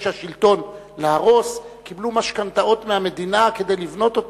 מתבקש השלטון להרוס קיבלו משכנתאות מהמדינה כדי לבנות אותם.